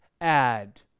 add